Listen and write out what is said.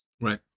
Right